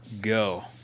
Go